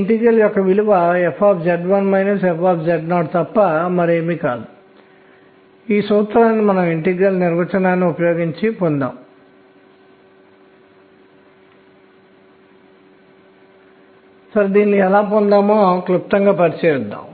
అదే కాకుండా స్పెక్ట్రోస్కోపిక్ కాంతి రేఖల స్వభావాన్ని మారుస్తుంది అనగా శోషణ మరియు ఉద్గారం కూడా ఆవర్తన పద్ధతిలో మారుతూ ఉంటాయి